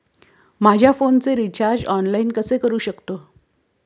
माझ्या फोनचे recharge online कसे करू शकतो?